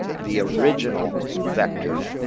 the original vector.